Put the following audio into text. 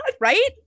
Right